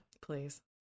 Please